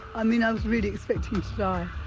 i mean i was really expecting to die.